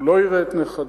הוא לא יראה את נכדיו,